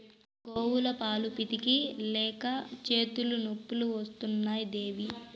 మా గోవుల పాలు పితిక లేక చేతులు నొప్పులు వస్తున్నాయి దేవీ